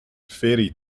faerie